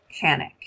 panic